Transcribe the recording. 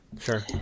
Sure